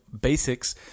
basics